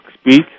speak